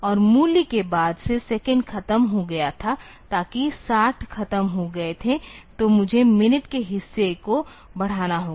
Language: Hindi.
और मूल्य के बाद से सेकंड खत्म हो गया था ताकि 60 खत्म हो गए थे तो मुझे मिनट के हिस्से को बढ़ाना होगा